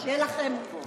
שיהיה לכם ערב מקסים.